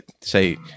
say